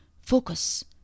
Focus